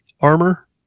armor